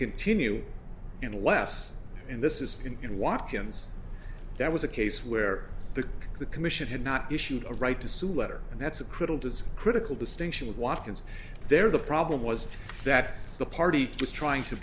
continue unless and this is you know walk ins that was a case where the the commission had not issued a right to sue letter and that's a critical to critical distinction watkins there the problem was that the party was trying to